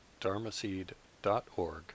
dharmaseed.org